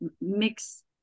mix